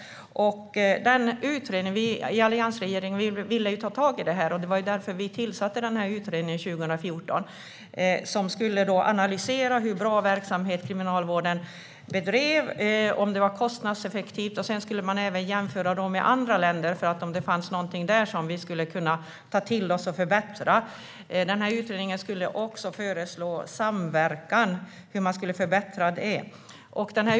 Vi i alliansregeringen ville ta tag i det här, och därför tillsatte regeringen utredningen 2014. Den skulle analysera hur pass bra verksamhet Kriminalvården bedrev och om den var kostnadseffektiv. Man skulle även jämföra med andra länder och se om det fanns någonting där som vi skulle kunna ta till oss och förbättra. Utredningen skulle också föreslå samverkan och hur man skulle kunna förbättra den.